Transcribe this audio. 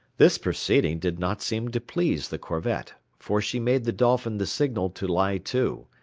this proceeding did not seem to please the corvette, for she made the dolphin the signal to lie to,